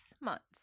months